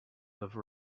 have